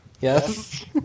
Yes